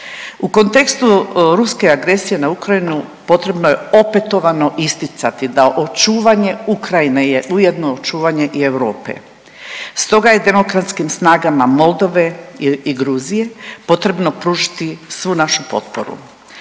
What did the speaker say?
U kontekstu ruske agresije na Ukrajinu potrebno je opetovano isticati da očuvanje Ukrajine je ujedno očuvanje i Europe. Stoga je demokratskim snagama Moldove i Gruzije potrebno pružiti svu našu potporu.